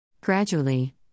Gradually